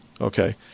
okay